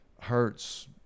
hurts